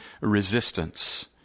resistance